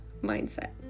mindset